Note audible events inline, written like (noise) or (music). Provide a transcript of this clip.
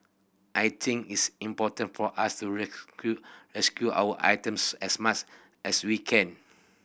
I think it's important for us to (unintelligible) rescue our items as much as we can